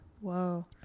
Whoa